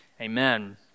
Amen